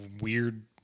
weird